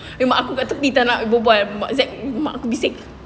mak aku kat tepi tak nak berbual mak zac mak aku bising